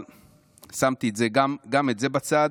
שמתי גם את זה בצד.